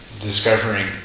discovering